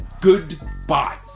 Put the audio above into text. Goodbye